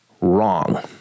wrong